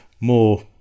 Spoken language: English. more